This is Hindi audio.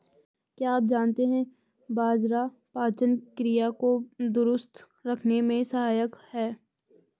क्या आप जानते है बाजरा पाचन क्रिया को दुरुस्त रखने में सहायक हैं?